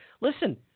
listen